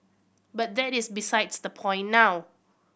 but that is besides the point now